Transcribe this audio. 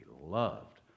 loved